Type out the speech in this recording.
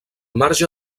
marge